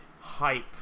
hype